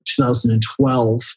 2012